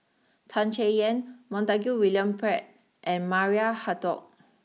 Tan Chay Yan Montague William Pett and Maria Hertogh